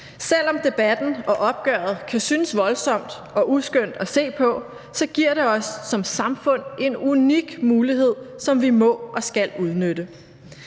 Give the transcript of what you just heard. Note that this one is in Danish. Selv om debatten og opgøret kan synes voldsomt og uskønt at se på, giver det os som samfund en unik mulighed, som vi må og skal udnytte.